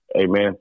Amen